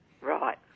Right